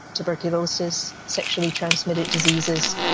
tuberculosis, sexually transmitted diseases,